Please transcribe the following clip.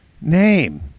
name